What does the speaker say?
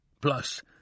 plus